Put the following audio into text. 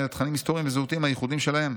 לתכנים ההיסטוריים והזהותיים הייחודיים שלהם.